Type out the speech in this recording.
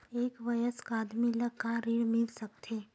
एक वयस्क आदमी ला का ऋण मिल सकथे?